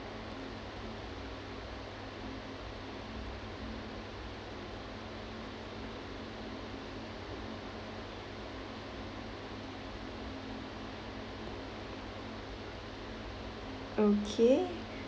okay